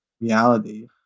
reality